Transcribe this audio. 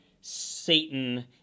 Satan